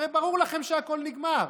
הרי ברור לכם שהכול נגמר,